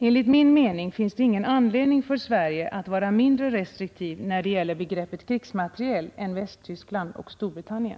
Enligt min mening finns det ingen anledning för Sverige att vara mindre restriktivt när det gäller begreppet krigsmateriel än Västtyskland och Storbritannien.